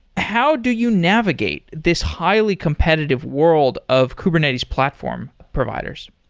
how do you navigate this highly competitive world of kubernetes platform providers?